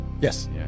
Yes